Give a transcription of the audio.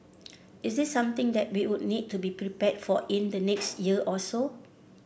is this something that we would need to be prepared for in the next year or so